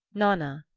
nanna,